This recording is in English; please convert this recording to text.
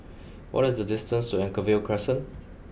what is the distance to Anchorvale Crescent